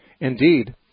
Indeed